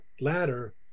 ladder